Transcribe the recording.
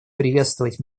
приветствовать